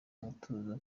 umutozo